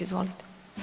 Izvolite.